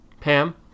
Pam